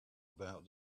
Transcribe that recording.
about